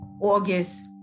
August